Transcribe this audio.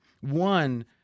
One